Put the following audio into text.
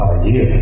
Idea